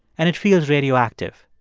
and it feels radioactive.